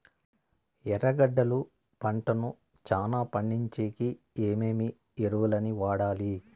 ఎర్రగడ్డలు పంటను చానా పండించేకి ఏమేమి ఎరువులని వాడాలి?